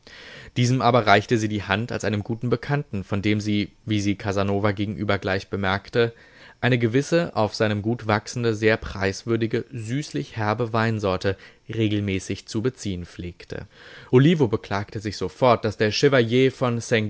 diesem aber reichte sie die hand als einem guten bekannten von dem sie wie sie casanova gegenüber gleich bemerkte eine gewisse auf seinem gut wachsende sehr preiswürdige süßlich herbe weinsorte regelmäßig zu beziehen pflegte olivo beklagte sich sofort daß der chevalier von